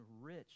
rich